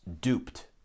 duped